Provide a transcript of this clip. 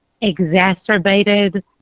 exacerbated